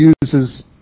uses